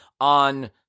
on